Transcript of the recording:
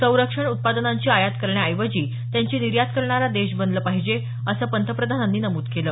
संरक्षण उत्पादनांची आयात करण्याऐवजी त्यांची निर्यात करणारा देश बनलं पाहिजे असं पंतप्रधानांनी नमूद केलं